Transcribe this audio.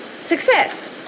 Success